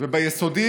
וביסודי